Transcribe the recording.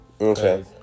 Okay